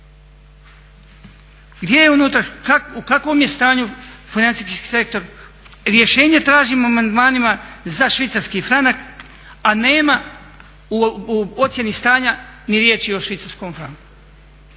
u kakvom je stanju financijski sektor. Rješenje tražimo amandmanima za švicarski franak, a nema u ocjeni stanja ni riječi o švicarskom franku.